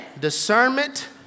Discernment